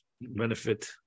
benefit